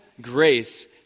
grace